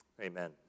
amen